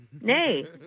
Nay